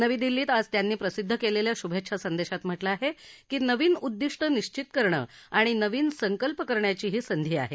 नवी दिल्लीत आज त्यांनी प्रसिद्ध केलेल्या शुभेच्छा संदेशात म्हटलं आहे की नवीन उद्दिष्ट निश्वित करणं आणि नवीन संकल्प करण्याचीही संधी आहे